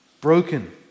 Broken